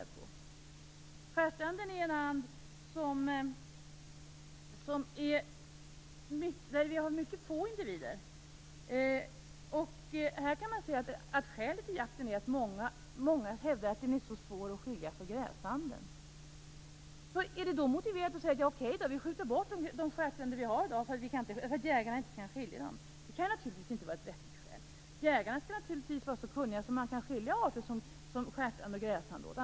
Av stjärtand finns det mycket få individer. Skälet till att det bedrivs jakt är att många hävdar att stjärtand är så svår att skilja från gräsand. Är det då motiverat att säga: Vi skjuter bort de stjärtänder vi har i dag därför att jägarna inte kan skilja mellan dem och gräsänder? Det kan naturligtvis inte vara ett vettigt skäl. Jägarna skall naturligtvis vara så kunniga att de kan skilja arter som stjärtand och gräsand åt.